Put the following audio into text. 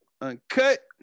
Uncut